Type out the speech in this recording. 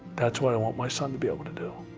thats what i want my son to be able to do.